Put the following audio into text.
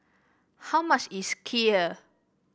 how much is Kheer